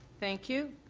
thank you,